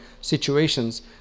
situations